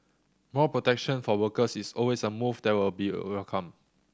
more protection for workers is always a move that will be welcomed